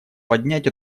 поднять